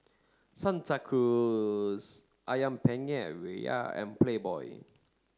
Santa Cruz Ayam Penyet Ria and Playboy